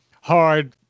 hard